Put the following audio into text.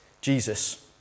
Jesus